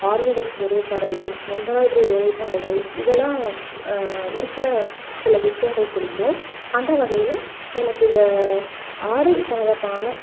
ஆரிய ஒர்க் வேலைப்பாடுகள் எம்ப்ராய்டரி வேலைப்பாடுகள் இதெல்லாம் இருக்கிற சில விஷயங்கள் பிடிக்கும் அந்த வகையில் எனக்கு இந்த ஆடை சம்பந்தமான